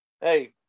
Hey